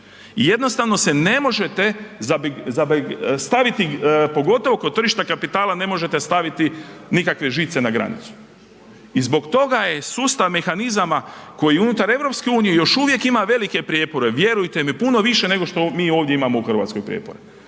I jednostavno se ne možete .../nerazumljivo/... staviti, pogotovo kod tržišta kapitala, ne možete staviti nikakve žice na granicu i zbog toga je sustav mehanizama koji unutar EU još uvijek ima velike prijepore, vjerujte mi, puno više nego što mi ovdje imamo u Hrvatskoj prijepore.